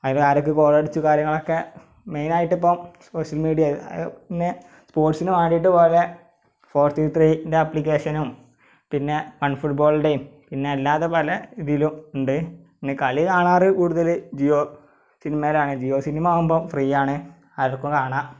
അതിൽ ആരൊക്കെ ഗോളടിച്ചു കാര്യങ്ങളൊക്കെ മെയ്നായിട്ട് ഇപ്പം സോഷ്യല് മീഡിയ ഇത് പിന്നെ സ്പോര്ട്സിന് വേണ്ടിയിട്ട് വേറെ ഫോര് റ്റു ത്രീന്റെ അപ്ലിക്കേഷനും പിന്നെ വണ് ഫുഡ്ബോളിന്റെയും പിന്നെ അല്ലാതെ പലതിലും ഉണ്ട് പിന്നെ കളി കാണാറ് കൂടുതൽ ജിയോ സിനിമയിലാണ് ജിയോ സിനിമ ആവുമ്പോൾ ഫ്രീയാണ് ആർക്കും കാണാം